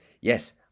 yes